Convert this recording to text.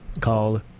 called